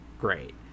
great